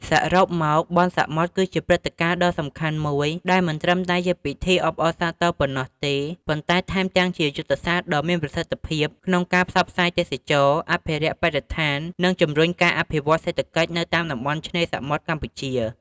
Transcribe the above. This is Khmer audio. សរុបមក បុណ្យសមុទ្រគឺជាព្រឹត្តិការណ៍ដ៏សំខាន់មួយដែលមិនត្រឹមតែជាពិធីអបអរសាទរប៉ុណ្ណោះទេ ប៉ុន្តែថែមទាំងជាយុទ្ធសាស្ត្រដ៏មានប្រសិទ្ធភាពក្នុងការផ្សព្វផ្សាយទេសចរណ៍ អភិរក្សបរិស្ថាន និងជំរុញការអភិវឌ្ឍន៍សេដ្ឋកិច្ចនៅតាមតំបន់ឆ្នេរសមុទ្រកម្ពុជា។